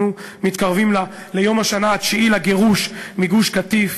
אנחנו מתקרבים ליום השנה התשיעי לגירוש מגוש-קטיף,